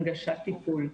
הנגשת טיפול,